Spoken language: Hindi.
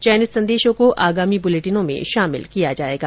चयनित संदेशों को आगामी बुलेटिनों में शामिल किया जाएगा